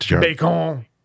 Bacon